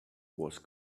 was